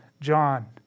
John